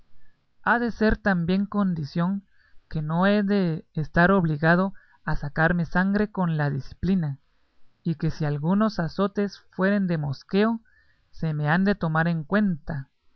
ha de ser también condición que no he de estar obligado a sacarme sangre con la diciplina y que si algunos azotes fueren de mosqueo se me han de tomar en cuenta